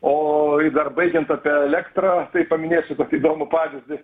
o ir dar baigiant apie elektrą tai paminėsiu kokį įdomų pavyzdį